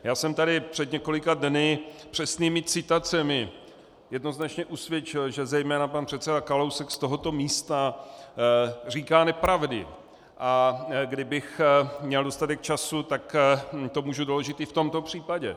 Já jsem tady před několika dny přesnými citacemi jednoznačně usvědčil, že zejména pan předseda Kalousek z tohoto místa říká nepravdy, a kdybych měl dostatek času, tak to můžu doložit i v tomto případě.